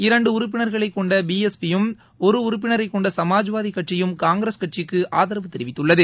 இரண்டு உறுப்பினர்களை கொண்ட பிஎஸ்பி யும் ஒரு உறுப்பினரை கொண்ட சமாஜ்வாதி கட்சியும் காங்கிரஸ் கட்சிக்கு ஆதரவு தெரிவித்துள்ளது